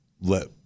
let